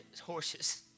horses